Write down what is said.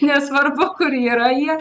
nesvarbu kur yra jie